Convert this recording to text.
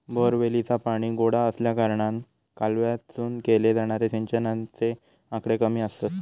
बोअरवेलीचा पाणी गोडा आसल्याकारणान कालव्यातसून केले जाणारे सिंचनाचे आकडे कमी आसत